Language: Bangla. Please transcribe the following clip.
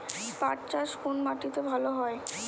পাট চাষ কোন মাটিতে ভালো হয়?